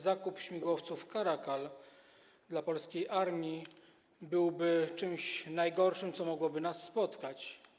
Zakup śmigłowców caracal dla polskiej armii byłby czymś najgorszym, co mogłoby nas spotkać.